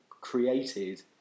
created